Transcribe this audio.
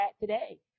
today